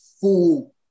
full